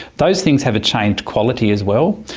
those things have a changed quality as well.